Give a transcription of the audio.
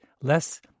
less